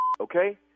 okay